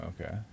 Okay